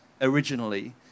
originally